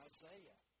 Isaiah